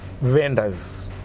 vendors